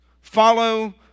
Follow